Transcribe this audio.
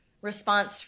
response